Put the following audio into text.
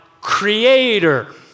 creator